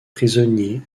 prisonnier